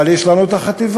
אבל יש לנו את החטיבה.